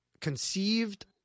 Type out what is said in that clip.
conceived